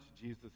Jesus